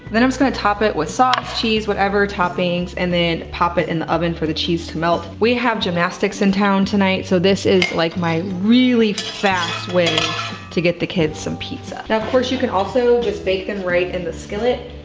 then i'm just gonna top it with sauce, cheese, whatever toppings and then pop it in the oven for the cheese to melt. we have gymnastics in town tonight, so this is like my really fast way to get the kids some pizza. now of course you can also just bake them right in the skillet.